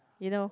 you know